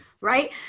Right